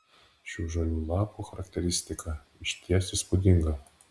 šių žalių lapų charakteristika išties įspūdinga